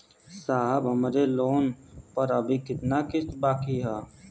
साहब हमरे लोन पर अभी कितना किस्त बाकी ह?